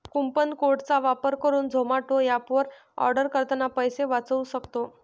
coupon code चा वापर करुन झोमाटो एप वर आर्डर करतांना पैसे वाचउ सक्तो